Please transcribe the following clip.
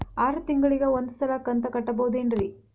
ಆರ ತಿಂಗಳಿಗ ಒಂದ್ ಸಲ ಕಂತ ಕಟ್ಟಬಹುದೇನ್ರಿ?